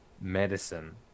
medicine